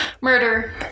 murder